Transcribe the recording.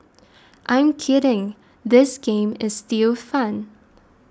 I'm kidding this game is still fun